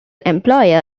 employer